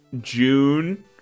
June